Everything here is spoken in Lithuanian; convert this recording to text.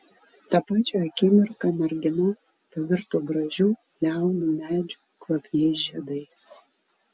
tą pačią akimirka mergina pavirto gražiu liaunu medžiu kvapniais žiedais